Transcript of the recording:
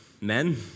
men